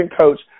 coach